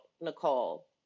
Nicole